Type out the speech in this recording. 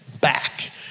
back